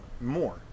more